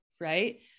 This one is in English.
right